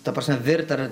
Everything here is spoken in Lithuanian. ta prasme virt ar